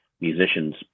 musicians